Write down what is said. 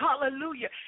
hallelujah